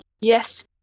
yes